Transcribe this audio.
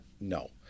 No